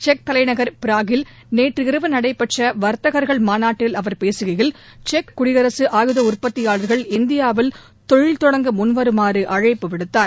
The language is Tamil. செக் தலைநகர் ப்ராக்கில் நேற்றிரவு நடைபெற்ற வர்த்தகர்கள் மாநாட்டில் அவர் பேசுகையில் செக் குடியரசு ஆயுத உற்பத்தியாளர்கள் இந்தியாவில் தொழில்தொடங்க முன்வருமாறு அழைப்பு விடுத்தார்